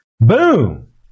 Boom